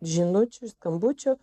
žinučių skambučių